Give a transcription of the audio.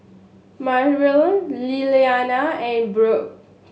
Myrtle Lilyana and Brooke